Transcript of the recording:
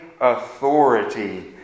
authority